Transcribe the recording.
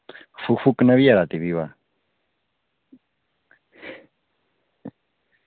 ते भी थुक्कना भी ऐ रातीं तां